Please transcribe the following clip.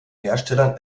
herstellern